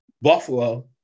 Buffalo